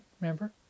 remember